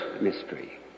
mystery